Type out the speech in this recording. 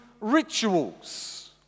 rituals